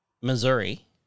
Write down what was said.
Missouri